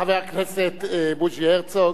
חבר הכנסת בוז'י הרצוג.